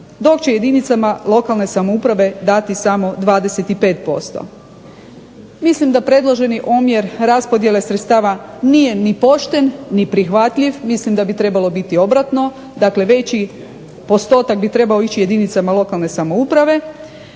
dok će jedinicama lokalne samouprave dati samo 25%. Mislim da predloženi omjer raspodjele sredstava nije ni pošten ni prihvatljiv, mislim da bi trebalo biti obratno, dakle veći postotak bi trebao ići jedinicama lokalne samouprave